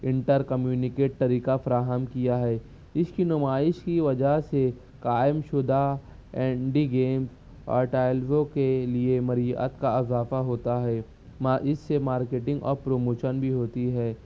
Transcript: inter communicate طریقہ فراہم کیا ہے اس کی نمائش کی وجہ سے قائم شدہ اینڈی گیم اور ٹائلرو کے لیے مرئیت کا اضافہ ہوتا ہے اس سے مارکیٹنگ اور پروموشن بھی ہوتی ہے